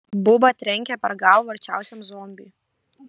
buba trenkė per galvą arčiausiam zombiui